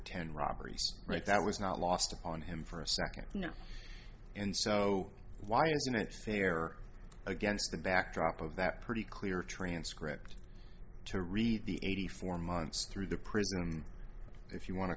ten robberies right that was not lost upon him for a second and so why isn't it fair against the backdrop of that pretty clear transcript to read the eighty four months through the prism if you wan